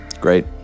Great